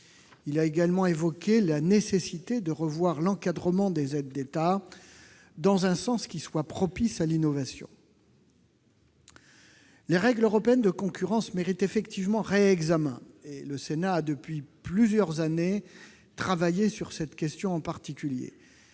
Il a aussi évoqué la nécessité de revoir l'encadrement des aides d'État dans un sens propice à l'innovation. Les règles européennes de concurrence méritent effectivement un réexamen- le Sénat travaille depuis plusieurs années sur cette question en particulier.